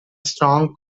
strong